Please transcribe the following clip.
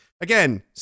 Again